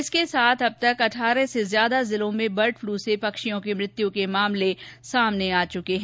इसके साथ अब तक अठारह से ज्यादा जिलों में बर्ड फ्लू से पक्षियों की मृत्यु के मामले सामने आ चुके हैं